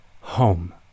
home